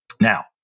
Now